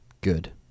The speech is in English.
Good